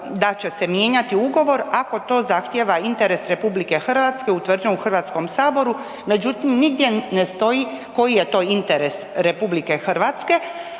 da će se mijenjati ugovor ako to zahtijeva interes RH utvrđen u Hrvatskom saboru međutim nigdje ne stoji koji je to interes RH a ostaje